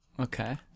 Okay